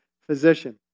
physician